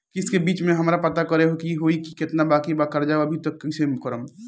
किश्त के बीच मे हमरा पता करे होई की केतना बाकी बा कर्जा अभी त कइसे करम?